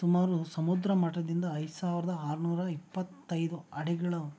ಸುಮಾರು ಸಮುದ್ರ ಮಟ್ಟದಿಂದ ಐದು ಸಾವಿರದ ಆರುನೂರ ಇಪ್ಪತ್ತೈದು ಅಡಿಗಳು